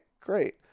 great